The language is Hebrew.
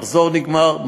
מחזור נגמר,